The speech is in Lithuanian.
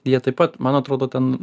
jie taip pat man atrodo ten